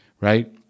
right